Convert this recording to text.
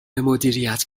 مدیریت